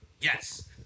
yes